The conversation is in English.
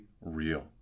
real